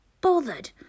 Bothered